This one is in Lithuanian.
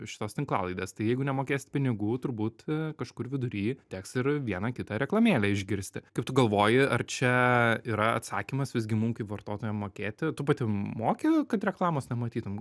šitos tinklalaidės tai jeigu nemokėsit pinigų turbūt kažkur vidury teks ir vieną kitą reklamėlę išgirsti kaip tu galvoji ar čia yra atsakymas visgi mum kaip vartotojam mokėti tu pati moki kad reklamos nematytum